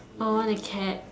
I want a cat